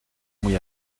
muy